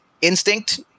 instinct